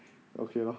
okay lor